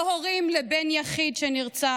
לא הורים לבן יחיד שנרצח,